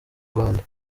rwanda